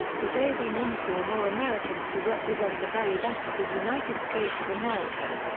today we mourn four more americans who represent the very best of the united states of america.